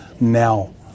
now